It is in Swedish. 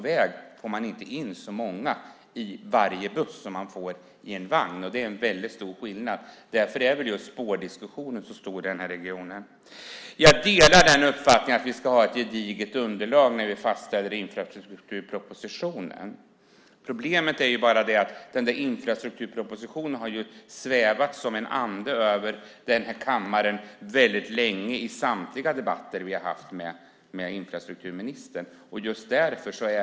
Man får inte in så många i varje buss på väg som man får i en vagn. Det är en väldigt stor skillnad. Därför är väl just spårdiskussionen så stor i den här regionen. Jag delar uppfattningen att vi ska ha ett gediget underlag när vi fastställer infrastrukturpropositionen. Problemet är att infrastrukturpropositionen har svävat som en ande över den här kammaren väldigt länge i samtliga debatter som vi har haft med infrastrukturministern.